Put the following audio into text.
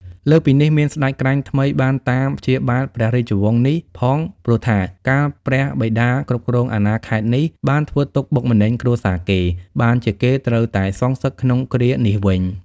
លើសពីនេះ មានស្ដេចក្រាញ់ថ្មីបានតាមព្យាបាទព្រះរាជវង្សនេះផងព្រោះថា កាលព្រះបិតាគ្រប់គ្រងអាណាខេត្តនេះ បានធ្វើទុក្ខបុកម្នេញគ្រួសារគេ បានជាគេត្រូវតែសងសឹកក្នុងគ្រានេះវិញ ។